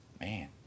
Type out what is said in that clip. man